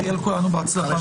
שיהיה לכולנו בהצלחה.